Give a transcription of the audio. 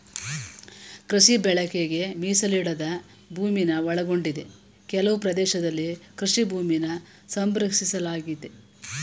ಕೃಷಿ ಬಳಕೆಗೆ ಮೀಸಲಿಡದ ಭೂಮಿನ ಒಳಗೊಂಡಿದೆ ಕೆಲವು ಪ್ರದೇಶದಲ್ಲಿ ಕೃಷಿ ಭೂಮಿನ ಸಂರಕ್ಷಿಸಲಾಗಯ್ತೆ